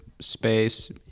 space